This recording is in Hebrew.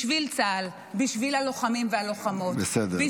בשביל צה"ל, בשביל הלוחמים והלוחמות, בסדר.